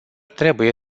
trebuie